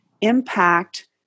impact